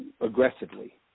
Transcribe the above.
aggressively